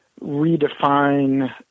redefine